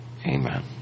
amen